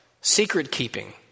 secret-keeping